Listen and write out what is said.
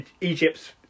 Egypt's